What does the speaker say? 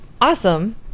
Awesome